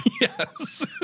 Yes